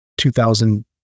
2000